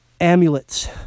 amulets